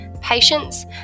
patients